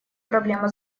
проблема